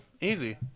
Easy